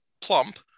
plump